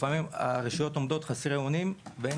לפעמים הרשויות עומדות חסרות אונים ואין